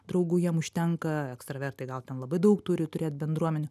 draugu jiem užtenka ekstravertai gal ten labai daug turi turėt bendruomenę